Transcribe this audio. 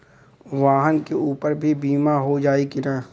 वाहन के ऊपर भी बीमा हो जाई की ना?